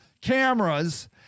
cameras